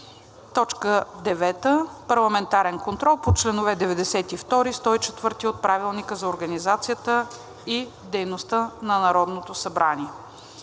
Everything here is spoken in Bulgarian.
г. 9. Парламентарен контрол по чл. 92 – 104 от Правилника за организацията и дейността на Народното събрание.